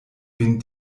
vin